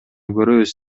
көрөбүз